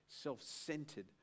self-centered